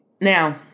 Now